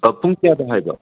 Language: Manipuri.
ꯄꯨꯡ ꯀꯌꯥꯗ ꯍꯥꯏꯕ